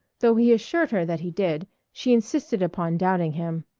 though he assured her that he did, she insisted upon doubting him.